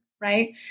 right